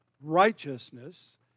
righteousness